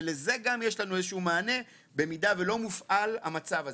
ולזה גם יש לנו איזשהו מענה במידה ולא מופעל המצב הזה.